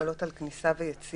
הגבלות על כניסה ויציאה.